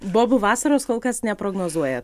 bobų vasaros kol kas neprognozuojat